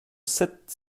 sept